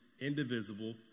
indivisible